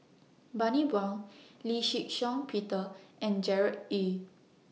Bani Buang Lee Shih Shiong Peter and Gerard Ee